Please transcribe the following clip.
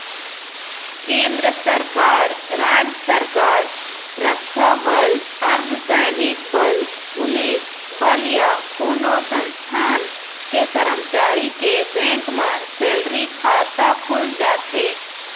केंद्र सरकार, राज सरकार, रक्छा बल, अर्धसैनिक बल, पुलिस बल या कोनो संस्थान के करमचारी के बेंक म सेलरी खाता खुल जाथे